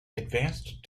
advanced